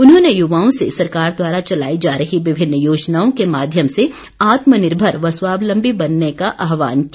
उन्होंने युवाओं से सरकार द्वारा चलाई जा रही विभिन्न योजनाओं के माध्यम से आत्म निर्भर व स्वावलम्बी बनने का आहवान किया